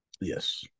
Yes